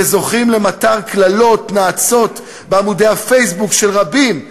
וזוכים למטר קללות ונאצות בעמודי הפייסבוק של רבים,